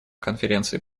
конференции